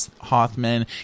Hoffman